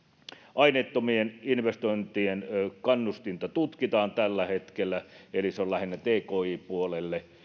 aineettomien investointien kannustinta tutkitaan tällä hetkellä lähinnä tki puolelle